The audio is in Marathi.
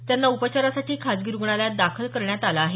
त्यांना उपचारासाठी खासगी रुग्णालयात दाखल करण्यात आलं आहे